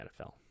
NFL